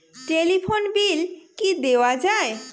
Telephone bill কি দেওয়া যায়?